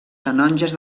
canonges